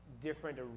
different